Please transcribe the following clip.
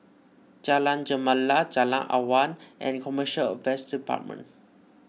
Jalan Gemala Jalan Awan and Commercial Affairs Department